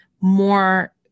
more